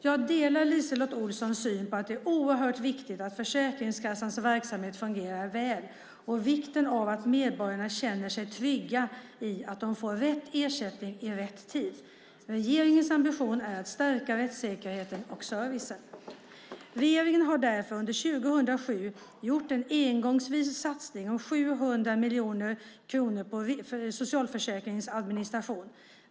Jag delar LiseLotte Olssons syn på att det är oerhört viktigt att Försäkringskassans verksamhet fungerar väl och vikten av att medborgarna känner sig trygga i att de får rätt ersättning i rätt tid. Regeringens ambition är att stärka rättssäkerheten och servicen. Regeringen har därför under 2007 gjort en engångsvis satsning om 700 miljoner kronor på socialförsäkringens administration.